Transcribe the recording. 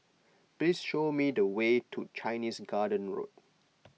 please show me the way to Chinese Garden Road